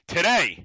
Today